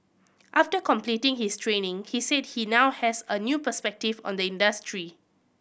after completing his training he said he now has a new perspective on the industry